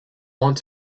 want